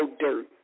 dirt